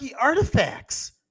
artifacts